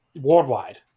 worldwide